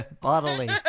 Bodily